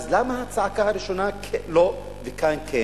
אז למה הצעקה הראשונה לא וכאן כן?